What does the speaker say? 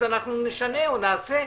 אז נשנה או נעשה.